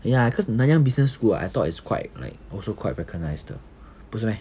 ya cause nanyang business school what I thought it's quite like also quite recognised 的不是 meh